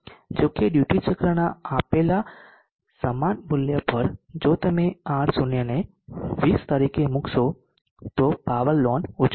જો કે ડ્યુટી ચક્રના આપેલા સમાન મૂલ્ય પર જો તમે R0 ને 20 તરીકે મૂકશો તો પાવર લોન ઓછું હશે